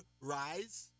rise